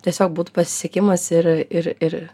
tiesiog būtų pasisekimas ir ir